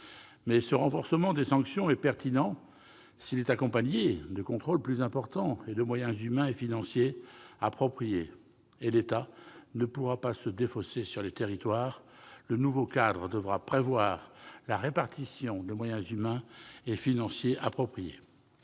Mais ce renforcement des sanctions ne sera pertinent que s'il est accompagné de contrôles plus importants et des moyens humains et financiers adéquats. L'État ne pourra se défausser sur les territoires : le nouveau cadre devra prévoir la répartition des moyens humains et financiers appropriés.